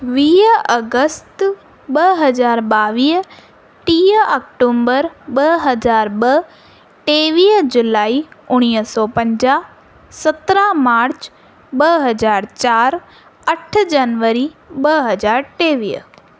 वीह अगस्त ॿ हज़ार ॿावीह टीह अक्टूम्बर ॿ हज़ार ॿ टेवीह जुलाई उणिवीह सौ पंजाहु सत्रहं मार्च ॿ हज़ार चार अठ जनवरी ॿ हजार टेवीह